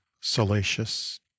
salacious